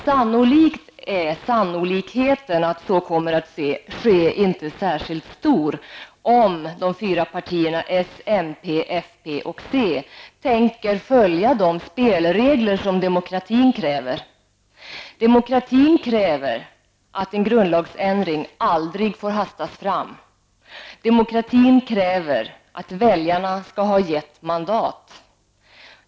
Sannolikt är sannolikheten att så kommer att ske inte särskilt stor om de fyra partierna s, m, fp och c tänker följa de spelregler som demokratin kräver. Demokratin kräver att en grundlagsändring aldrig får hastas fram. Demokratin kräver att väljarna skall ha gett mandat.